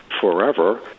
forever